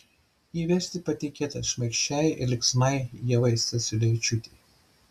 jį vesti patikėta šmaikščiai ir linksmai ievai stasiulevičiūtei